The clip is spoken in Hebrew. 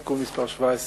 אנחנו ממשיכים בסדר-היום.